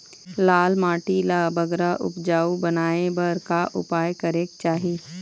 लाल माटी ला बगरा उपजाऊ बनाए बर का उपाय करेक चाही?